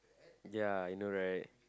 ya you know right